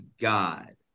God